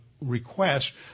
request